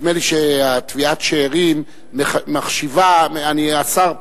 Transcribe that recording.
נדמה לי שתביעת השאירים מחשיבה, השר פה,